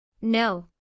No